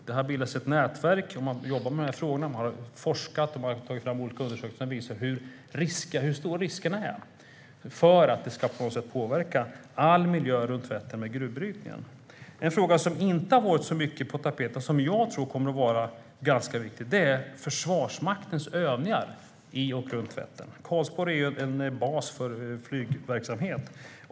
Det har bildats ett nätverk som har forskat och tagit fram olika undersökningar som visar hur stora riskerna är för att gruvbrytningen ska påverka all miljö runt Vättern. En fråga som inte har varit så mycket på tapeten och som jag tror kommer att vara ganska viktig är Försvarsmaktens övningar i och runt Vättern. Karlsborg är ju en bas för flygverksamhet.